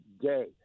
day